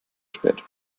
spät